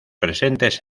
presentes